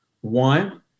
One